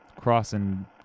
crossing